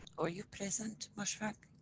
are you present mosfeq?